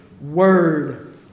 word